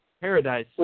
Paradise